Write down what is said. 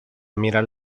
mirar